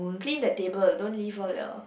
clean the table don't leave all your